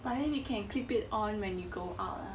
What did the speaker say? but then you can clip it on when you go out lah